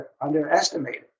underestimated